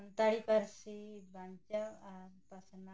ᱥᱟᱱᱛᱟᱲᱤ ᱯᱟᱹᱨᱥᱤ ᱵᱟᱧᱪᱟᱣ ᱟᱨ ᱯᱟᱥᱱᱟᱣ